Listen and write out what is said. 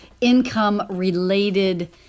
income-related